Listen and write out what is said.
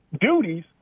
duties